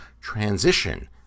transition